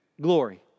Glory